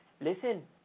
listen